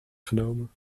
genomen